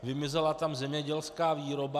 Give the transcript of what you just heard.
Vymizela tam zemědělská výroba.